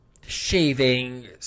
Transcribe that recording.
shaving